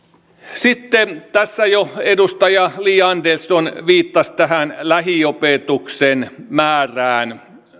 sitten tässä jo edustaja li andersson viittasi tähän lähiopetuksen määrään